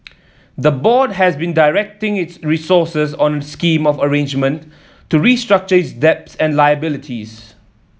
the board has been directing its resources on a scheme of arrangement to restructure its debts and liabilities